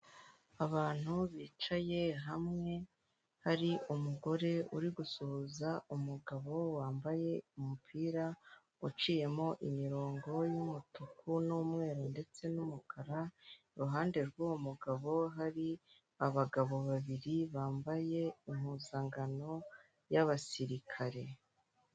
Abantu bicaye hamwe, hari umugore uri gusuhuza umugabo wambaye umupira uciyemo imirongo y'umutuku n'mweru ndetse n'umukara iruhande rw'uwo mugabo hari abagabo babiri bambaye impuzangano y'abasirikare.